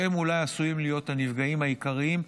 שהם אולי עשויים להיות הנפגעים העיקריים,